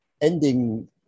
ending